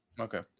Okay